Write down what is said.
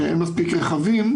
שאין מספיק רכבים.